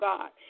God